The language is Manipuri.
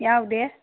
ꯌꯥꯎꯗꯦ